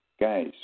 Guys